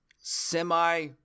semi